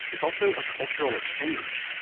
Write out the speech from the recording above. it's also a cultural exchange.